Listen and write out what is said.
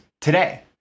today